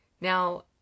Now